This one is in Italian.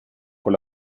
con